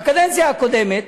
בקדנציה הקודמת,